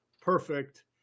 perfect